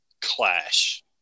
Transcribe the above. clash